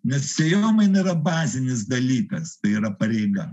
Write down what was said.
nes sėjomaina yra bazinis dalykas tai yra pareiga